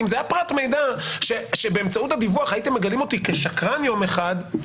אם זה פרט המידע שבאמצעות הדיווח הייתם מגלים אותי כשקרן יום אחד,